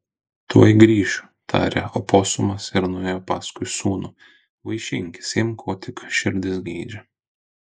tuoj grįšiu tarė oposumas ir nuėjo paskui sūnų vaišinkis imk ko tik širdis geidžia